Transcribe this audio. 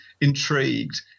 intrigued